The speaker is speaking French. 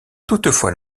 toutefois